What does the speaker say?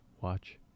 watch